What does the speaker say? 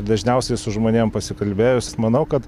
dažniausiai su žmonėm pasikalbėjus manau kad